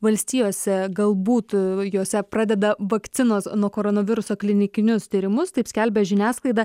valstijose galbūt jose pradeda vakcinos nuo koronaviruso klinikinius tyrimus taip skelbia žiniasklaida